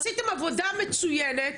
עשיתם עבודה מצוינת,